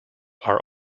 are